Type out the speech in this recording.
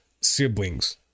siblings